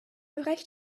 bereich